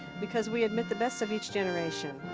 because we admit the best of each generation.